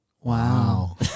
Wow